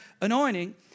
anointing